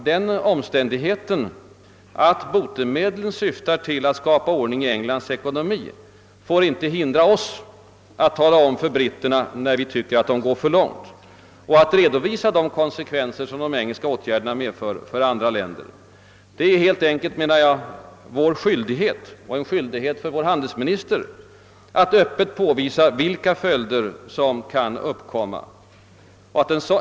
Den omständigheten att botemedlen syftar till att skapa ordning i Englands ekonomi får inte hindra oss att tala om för britterna när vi tycker att de går för långt. Att redovisa de konsekvenser som de engelska åtgärderna medför för andra länder är enligt min mening helt enkelt vår skyldighet. Inte minst har vår handelsminister skyldighet att öppet påvisa vilka följder som kan uppkomma.